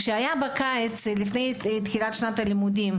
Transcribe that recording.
כשהייתה הפגנה בקיץ לפני תחילת שנת הלימודים